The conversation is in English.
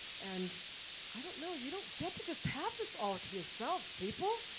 and i don't know, you don't get to just have this all to yourselves people,